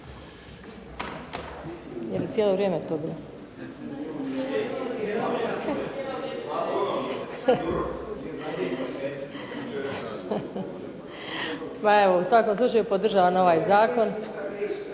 svakom slučaju podržavam ovaj Zakon,